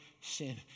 sin